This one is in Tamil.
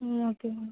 ம் ஓகே மா